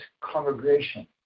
congregation